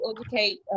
educate